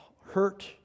hurt